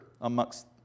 amongst